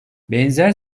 benzer